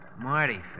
Marty